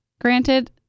Granted